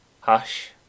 Hush